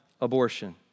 abortion